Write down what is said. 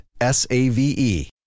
S-A-V-E